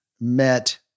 met